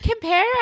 compare